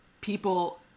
people